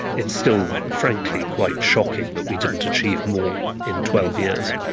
it's still frankly quite shocking that we didn't achieve more in twelve years.